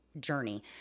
journey